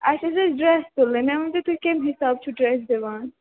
اَسہِ حظ ٲسۍ ڈرٛیس تُلٕنۍ مےٚ ؤنۍ تَو تُہۍ کٔمہِ حِساب چھُو ڈرٛیس دِوان